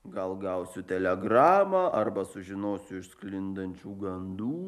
gal gausiu telegramą arba sužinosiu iš sklindančių gandų